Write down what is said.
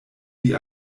die